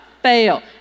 fail